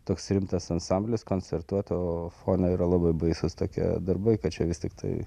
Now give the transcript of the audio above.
toks rimtas ansamblis koncertuot o fone yra labai baisūs tokie darbai kad čia vis tiktai